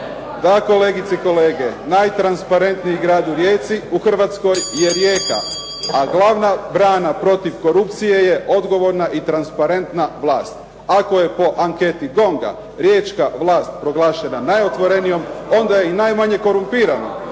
Da, kolegice i kolege, najtransparentniji grad u Hrvatskoj je Rijeka, a glavna brana protiv korupcije je odgovorna i transparentna vlast. Ako je po anketi GONG-a riječka vlast proglašena najotvorenijom, onda je i najmanje korumpirana.